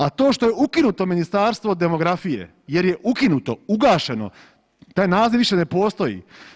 A to što je ukinuto Ministarstvo demografije, jer je ukinuto, ugašeno, taj naziv više ne postoji.